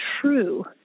true